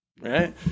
Right